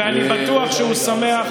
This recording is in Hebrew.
ואני בטוח שהוא שמח.